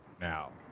now